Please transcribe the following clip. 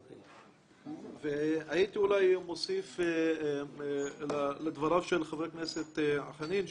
הייתי מוסיף לדבריו של חבר הכנסת האחרונים,